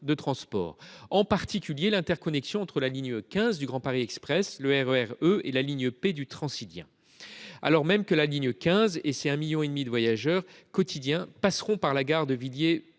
de transports, en particulier l’interconnexion entre la ligne 15 du Grand Paris Express, le RER E et la ligne P du Transilien. J’ajoute que les 1,5 million de voyageurs quotidiens de la ligne 15 passeront par la gare de Villiers